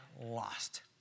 lost